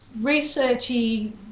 researchy